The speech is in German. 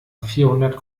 vierhundert